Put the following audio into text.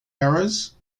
eras